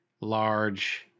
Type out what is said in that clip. large